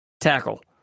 Tackle